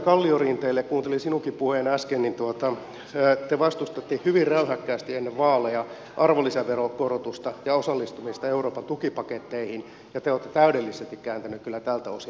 kuuntelin sinunkin puheen äsken ja te vastustitte hyvin räyhäkkäästi ennen vaaleja arvonlisäverokorotusta ja osallistumista euroopan tukipaketteihin ja te olette täydellisesti kääntänyt kyllä tältä osin takkinne